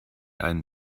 einen